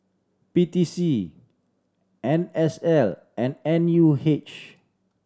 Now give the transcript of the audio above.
P T C N S L and N U H